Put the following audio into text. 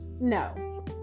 No